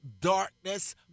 darkness